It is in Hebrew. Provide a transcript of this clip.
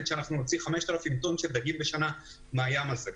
שאנחנו נוציא 5,000 טון של דגים בשנה מהים הזה.